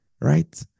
right